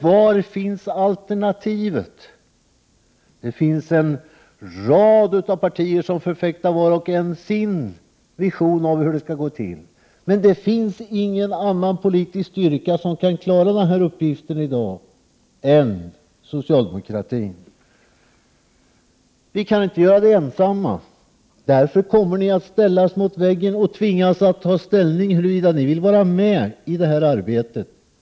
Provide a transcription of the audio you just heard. Var finns då alternativet? Det finns en rad partier som vart och ett förfäktar sin vision om hur det skall gå till. Det finns emellertid ingen annan politisk styrka som kan klara denna uppgift än socialdemokratin. Vi kan dock inte göra det ensamma. Därför kommer ni inom en ganska nära framtid att ställas mot väggen och tvingas att ta ställning till huruvida ni vill vara med i det arbetet.